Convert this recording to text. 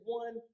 one